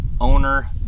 owner